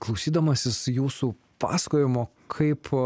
klausydamasis jūsų pasakojimo kaip